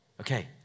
Okay